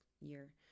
year